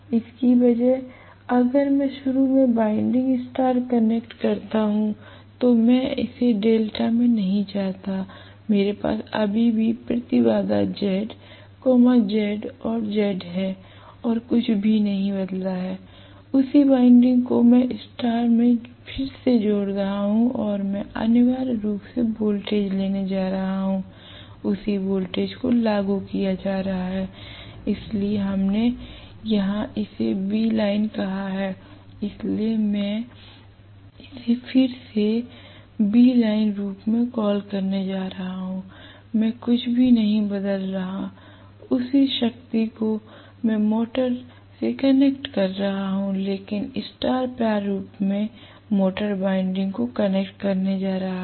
इसके बजाय अगर मैं शुरू में बाइंडिंग स्टार कनेक्ट करता हूं तो मैं इसे डेल्टा में नहीं चाहता हूं मेरे पास अभी भी प्रतिबाधा Z Z और Z है और कुछ भी नहीं बदला है उसी वाइंडिंग को मैं स्टार में फिर से जोड़ रहा हूं और मैं अनिवार्य रूप से वोल्टेज लेने जा रहा हूं उसी वोल्टेज को लागू किया जा रहा है इसलिए यहां हमने इसे Vline कहा है इसलिए मैं इसे फिर से Vline रूप में कॉल करने जा रहा हूं मैं कुछ भी नहीं बदल रहा हूं उसी शक्ति को मैं मोटर से कनेक्ट कर रहा हूं लेकिन स्टार प्रारूप में मोटर वाइंडिंग को कनेक्ट करने जा रहा हूं